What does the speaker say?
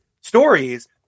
stories